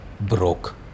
broke